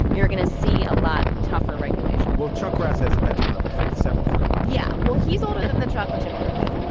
you're going to see a lot tougher regulation well, chuck kress has a bedtime of, i think, seven thirty. yeah, well, he's older than the chocolate chip cookie.